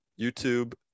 YouTube